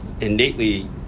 innately